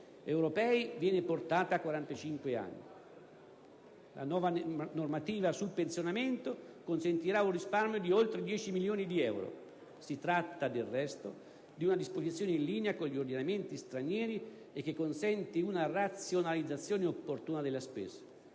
europei, viene portata a 45 anni di età. La nuova normativa sul pensionamento consentirà un risparmio di oltre 10 milioni di euro. Si tratta, del resto, di una disposizione in linea con gli ordinamenti stranieri e che consente una razionalizzazione opportuna della spesa.